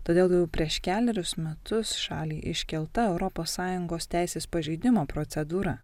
todėl jau prieš kelerius metus šalį iškelta europos sąjungos teisės pažeidimo procedūra